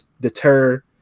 deter